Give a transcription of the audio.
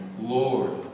Lord